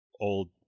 old